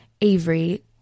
Avery